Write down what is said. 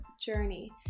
journey